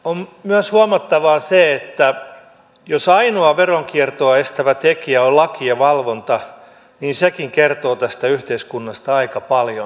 on myös huomattavaa se että jos ainoa veronkiertoa estävä tekijä on laki ja valvonta niin sekin kertoo tästä yhteiskunnasta aika paljon